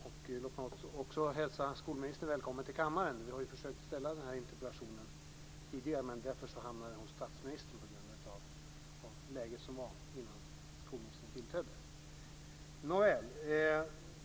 Fru talman! Låt mig hälsa skolministern välkommen till kammaren. Jag har försökt ställa denna interpellation tidigare. Den hamnade hos statsministern på grund av läget innan skolministern tillträdde.